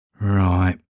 Right